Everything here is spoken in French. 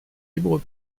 libres